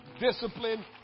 Discipline